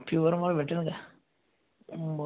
pure माल भेटेल का बरं